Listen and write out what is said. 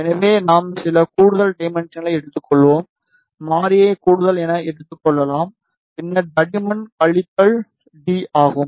எனவே நாம் சில கூடுதல் டைமென்ஷன்களை எடுத்துக்கொள்வோம் மாறியை கூடுதல் என எடுத்துக் கொள்ளலாம் பின்னர் தடிமன் கழித்தல் டீ ஆகும்